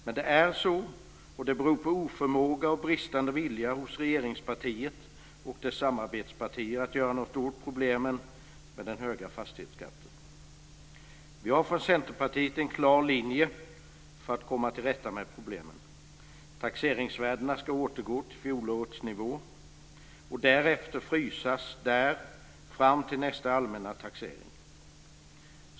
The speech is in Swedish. Men det är så, och det beror på oförmåga och bristande vilja hos regeringspartiet och dess samarbetspartier att göra någonting åt problemen med den höga fastighetsskatten. Vi har från Centerpartiet en klar linje för att komma till rätta med problemen. Taxeringsvärdena ska återgå till fjolårets nivå. Därefter ska de frysas där fram till nästa allmänna taxering.